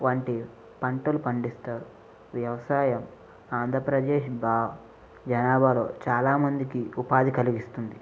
వంటి పంటలు పండిస్తారు వ్యవసాయ ఆంధ్రప్రదేశ్ బా జనాభాలో చాలామందికి ఉపాధి కలిగిస్తుంది